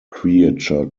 creature